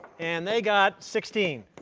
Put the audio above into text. and they got sixteen.